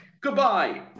Goodbye